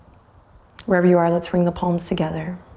wherever you are let's bring the palms together.